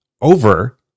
over